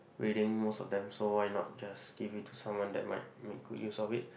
reading most of them so why not just give it to someone that might make good use of it